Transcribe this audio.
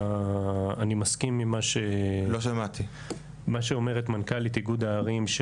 אני מסכים עם מה שאומרת מנכ"לית איגוד הערים,